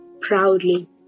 proudly